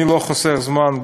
אני לא חוסך זמן,